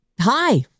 Hi